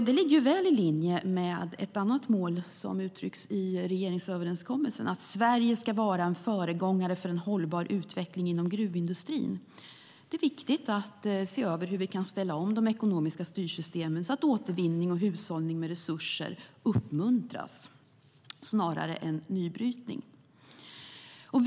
Det ligger väl i linje med ett annat mål som uttrycks i regeringsöverenskommelsen: Sverige ska vara en föregångare för en hållbar utveckling inom gruvindustrin. Det är viktigt att se över hur vi kan ställa om de ekonomiska styrsystemen så att återvinning och hushållning med resurser snarare än nybrytning uppmuntras.